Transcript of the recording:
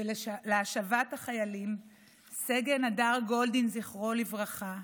ולהשבת החיילים סגן הדר גולדין, זיכרונו לברכה,